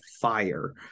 fire